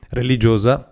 religiosa